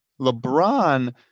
LeBron